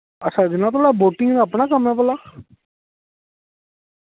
अच्छा जनाब थुआढ़ा बोटियें दा अपना कम्म ऐ भला